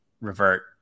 revert